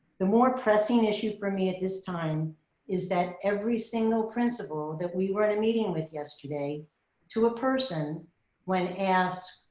the more pressing issue for me at this time is that every single principal that we were in a meeting with yesterday to a person when asked,